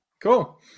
Cool